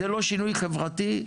זה לא שינוי חברתי?